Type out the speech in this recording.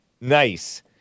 Nice